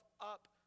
up